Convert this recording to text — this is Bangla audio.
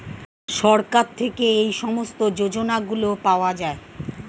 সরকার থেকে এই সমস্ত যোজনাগুলো পাওয়া যায়